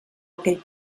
aquell